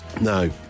No